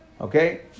okay